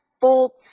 bolts